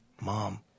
mom